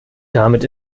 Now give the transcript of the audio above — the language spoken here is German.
damit